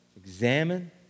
examine